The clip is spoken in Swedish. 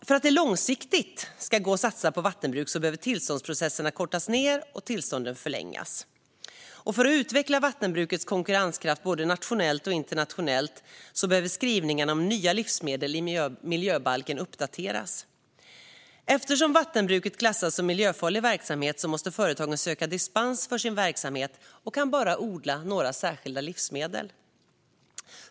För att det långsiktigt ska vara möjligt att satsa på vattenbruk behöver tillståndsprocesserna kortas ned och tillstånden förlängas. För att utveckla vattenbrukets konkurrenskraft både nationellt och internationellt behöver skrivningarna om nya livsmedel i miljöbalken uppdateras. Eftersom vattenbruk klassas som miljöfarlig verksamhet måste företagen söka dispens för sin verksamhet och kan bara odla några särskilda livsmedel.